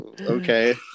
Okay